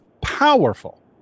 powerful